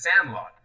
sandlot